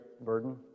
burden